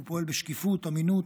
הוא פועל בשקיפות ואמינות,